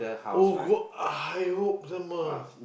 oh god I hope some more